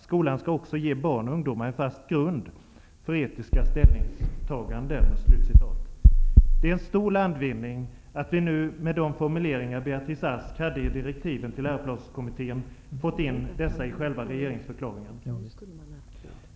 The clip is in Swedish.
Skolan skall också ge barn och ungdomar en fast grund för etiska ställningstaganden.'' Det är en stor landvinning att vi nu fått med de formuleringar Beatrice Ask hade i direktiven till läroplanskommittén i själva regeringsförklaringen.